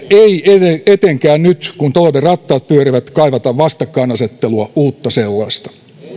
ei etenkään nyt kun talouden rattaat pyörivät kaivata vastakkainasettelua uutta sellaista